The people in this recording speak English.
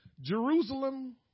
Jerusalem